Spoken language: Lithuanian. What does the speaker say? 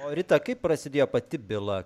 o rita kaip prasidėjo pati byla